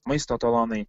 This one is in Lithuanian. maisto talonai